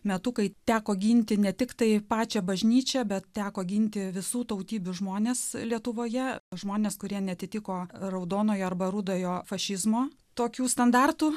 metu kai teko ginti ne tiktai pačią bažnyčią bet teko ginti visų tautybių žmonės lietuvoje žmonės kurie neatitiko raudonojo arba rudojo fašizmo tokių standartų